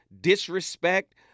disrespect